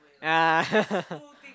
ah